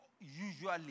usually